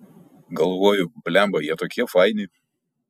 galvoju blemba jie tokie faini